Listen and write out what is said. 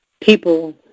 people